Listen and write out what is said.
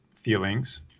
feelings